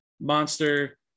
Monster